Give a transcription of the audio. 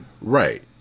Right